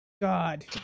God